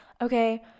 okay